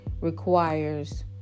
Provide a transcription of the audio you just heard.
requires